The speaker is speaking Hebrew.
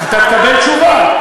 אתה תקבל תשובה.